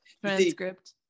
Transcript